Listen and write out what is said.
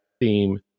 theme